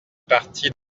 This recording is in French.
parties